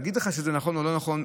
להגיד לך שזה נכון או לא נכון?